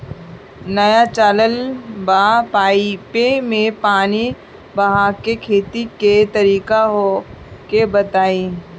नया चलल बा पाईपे मै पानी बहाके खेती के तरीका ओके बताई?